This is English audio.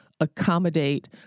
accommodate